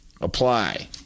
apply